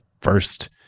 first